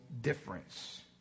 difference